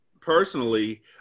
Personally